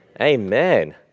Amen